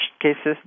cases